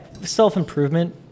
self-improvement